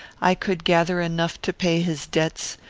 i could gather enough to pay his debts,